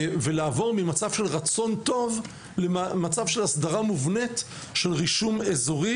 ולעבור ממצב של רצון טוב למצב של הסדרה מובנית של רישום איזורי,